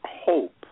hope